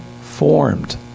formed